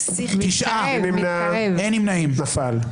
נפל.